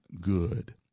good